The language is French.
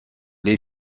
les